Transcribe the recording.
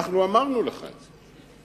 אנחנו אמרנו לך את זה.